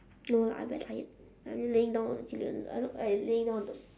no lah I very tired I laying down actually I laying down on the